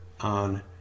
on